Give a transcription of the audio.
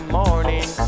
morning